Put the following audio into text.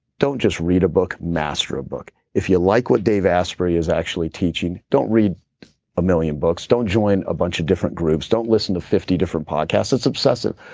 don't just read a book, master book. if you like what dave asprey is actually teaching, don't read a million books, don't join a bunch of different groups, don't listen to fifty different podcasts, it's obsessive.